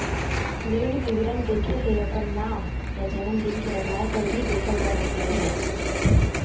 ऋण विवरण देखेले अपन नाम या जनम दिन के आधारपर भी देखल जा सकलय हें